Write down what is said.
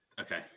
Okay